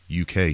UK